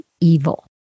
evil